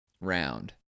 round